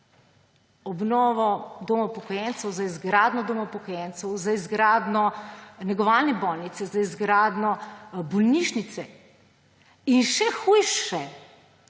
obnovo doma upokojencev, za izgradnjo doma upokojencev, za izgradnjo negovalne bolnice, za izgradnjo bolnišnice. In še hujše,